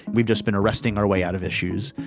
we've just been arresting our way out of issues.